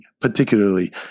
particularly